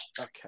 Okay